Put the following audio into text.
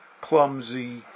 clumsy